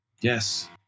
Yes